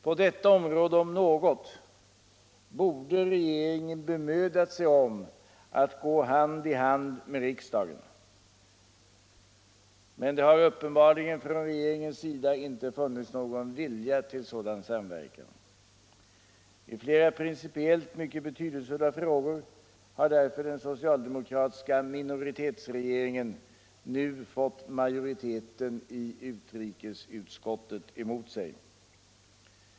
På detta område, om något, borde regeringen ha bemödat sig om att gå hand i hand med riksdagen, men det har uppenbarligen från regeringens sida inte funnits någon vilja till en sådan samverkan. I flera principiellt mycket betydelsefulla frågor har därför den socialdemokratiska minoritetsregeringen nu fått majoriteten i utrikesutskottet emot sig.